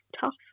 tough